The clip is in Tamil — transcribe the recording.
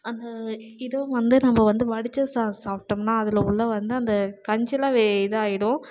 அந்த இதுவும் வந்து நம்ம வந்து வடித்த சாதம் சாப்பிட்டம்னா அதில் உள்ள வந்து அந்த கஞ்சிலாம் இதாக ஆகிடும்